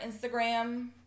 Instagram